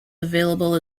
available